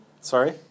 Sorry